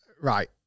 Right